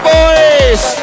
Boys